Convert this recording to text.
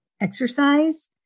exercise